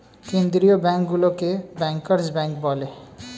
কেন্দ্রীয় ব্যাঙ্কগুলোকে bankers bank বলে